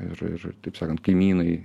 ir ir taip sakant kaimynai